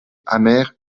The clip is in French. hammer